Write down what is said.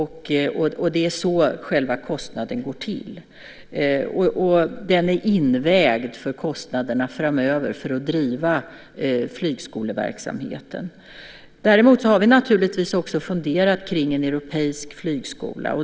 Det är så själva kostnaden betalas. Den är också invägd i kostnaderna framöver för att driva flygskoleverksamheten. Däremot har vi naturligtvis också funderat kring en europeisk flygskola.